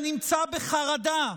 שנמצא בחרדה,